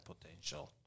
potential